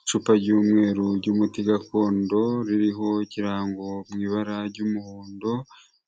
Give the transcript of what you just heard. Icupa ry'umweru ry'umuti gakondo ririho ikirango mu ibara ry'umuhondo,